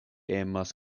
emas